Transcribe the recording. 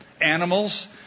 animals